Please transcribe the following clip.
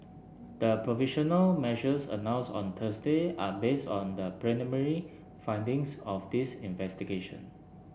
the provisional measures announced on Thursday are based on the preliminary findings of this investigation